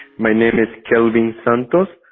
my name is kelvin santos.